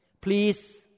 Please